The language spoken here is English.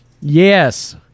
Yes